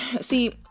See